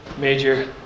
major